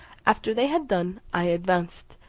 after they had done, i advanced,